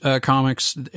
comics